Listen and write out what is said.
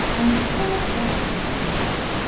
and still that hasn't turned you off.